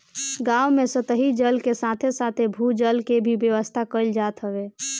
गांव में सतही जल के साथे साथे भू जल के भी व्यवस्था कईल जात हवे